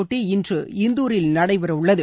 போட்டி இன்று இந்தூரில் நடைபெற உள்ளது